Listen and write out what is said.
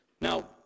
Now